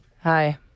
Hi